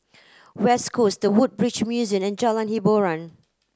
West Coast The Woodbridge Museum and Jalan Hiboran